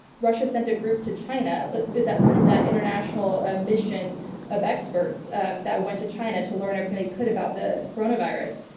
russia sent a group to china in that international mission of experts um that went to china to learn everything they could about the coronavirus.